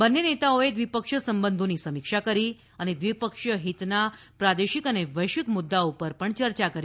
બંન્ને નેતાઓએ દ્વિપક્ષીય સંબંધોની સમીક્ષા કરી અને દ્વિપક્ષીય હિતના પ્રાદેશિક અને વૈશ્વિક મુદ્દાઓ પર ચર્ચા કરી